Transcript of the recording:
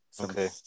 Okay